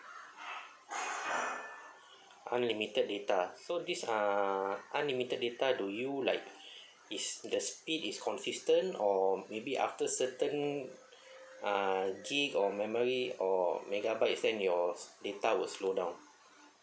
unlimited data so this uh unlimited data do you like is the speed is consistent or maybe after certain uh gig or memory or megabytes then your data will slow down